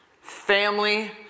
family